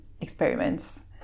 experiments